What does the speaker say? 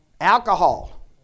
Alcohol